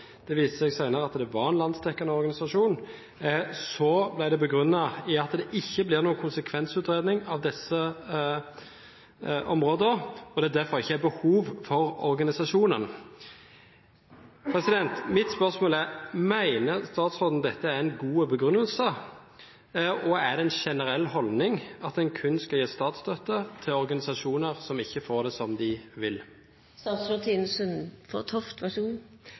Det viste seg senere at det var en landsdekkende organisasjon. Så ble det begrunnet med at det ikke blir noen konsekvensutredning av disse områdene, og at det derfor ikke er behov for organisasjonen. Mitt spørsmål er: Mener statsråden dette er en god begrunnelse? Er det en generell holdning at en kun skal gi statsstøtte til organisasjoner som ikke får det som de